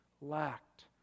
lacked